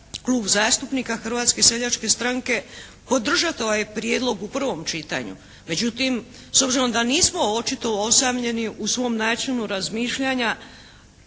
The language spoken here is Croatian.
Klub zastupnika Hrvatske seljačke stranke podržati ovaj prijedlog u prvom čitanju. Međutim s obzirom da nismo očito osamljeni u svom načinu razmišljanja